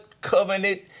covenant